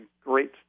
great